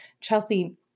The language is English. Chelsea